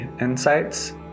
insights